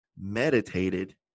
meditated